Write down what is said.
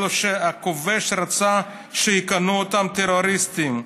אלו שהכובש רצה שיכנו אותם "טרוריסטים",